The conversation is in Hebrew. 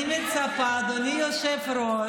הבאתי לו שוקולד, אדוני היושב-ראש,